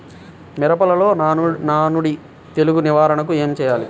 మిరపలో నానుడి తెగులు నివారణకు ఏమి చేయాలి?